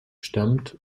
stammt